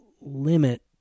limit